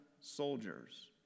soldiers